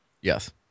Yes